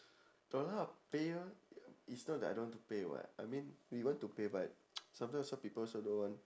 no lah pay ah is not that I don't want to pay [what] I mean we want to pay but sometime also people also don't want